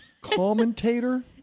Commentator